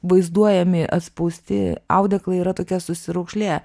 vaizduojami atspausti audėklai yra tokie susiraukšlėję